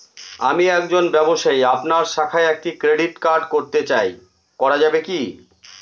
আমি একজন ব্যবসায়ী আপনার শাখায় একটি ক্রেডিট কার্ড করতে চাই করা যাবে কি?